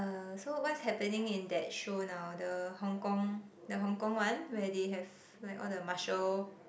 uh so what's happening in that show now the Hong-Kong the Hong-Kong one where they have like all the martial